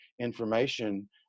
information